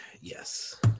Yes